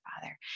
Father